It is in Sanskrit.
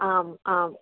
आम् आम्